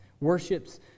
worships